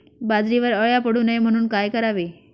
बाजरीवर अळ्या पडू नये म्हणून काय करावे?